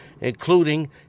including